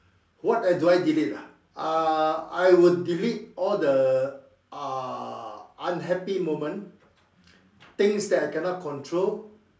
what do I delete ah uh I would delete all the uh unhappy moments things that I cannot control